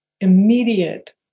immediate